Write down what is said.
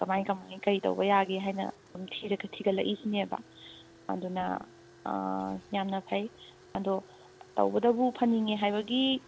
ꯀꯃꯥꯏꯅ ꯀꯃꯥꯏꯅ ꯀꯔꯤ ꯇꯧꯕ ꯌꯥꯒꯦ ꯍꯥꯏꯅ ꯑꯗꯨꯝ ꯊꯤꯒꯠꯂꯛꯂꯤꯁꯤꯅꯦꯕ ꯑꯗꯨꯅ ꯌꯥꯝꯅ ꯐꯩ ꯑꯗꯣ ꯇꯧꯕꯗꯕꯨ ꯐꯅꯤꯡꯉꯦ ꯍꯥꯏꯕꯒꯤ